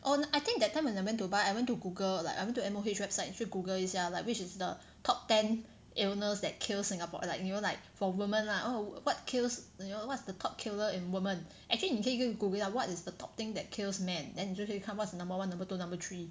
oh I think that time when I went to buy I went to Google like I went to M_O_H website 去 Google 一下 like which is the top ten illness that kill Singapore like you know like for women lah oh what kills you know what's the top killer in women actually 你可以去 Google 一下 what is the top thing that kills man then 你就可以看 what is number one number two number three